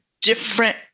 different